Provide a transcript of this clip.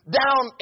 down